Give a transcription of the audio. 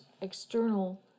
external